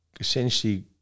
essentially